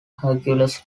hercules